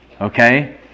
Okay